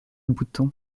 bouton